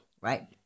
right